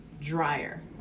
dryer